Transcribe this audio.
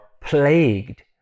plagued